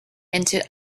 into